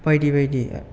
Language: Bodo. बायदि बायदि